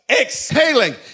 exhaling